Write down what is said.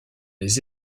les